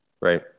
Right